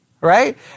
Right